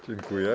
Dziękuję.